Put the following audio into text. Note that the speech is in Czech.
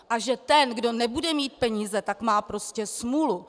A že ten, kdo nebude mít peníze, tak má prostě smůlu.